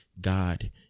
God